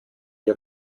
ihr